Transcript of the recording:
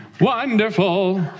Wonderful